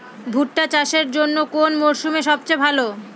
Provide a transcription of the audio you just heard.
ভুট্টা চাষের জন্যে কোন মরশুম সবচেয়ে ভালো?